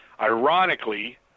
Ironically